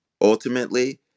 ultimately